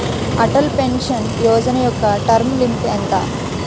Atal pension Yojana యెక్క term limit ఎంత?